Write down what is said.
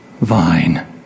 vine